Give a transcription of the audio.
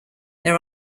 there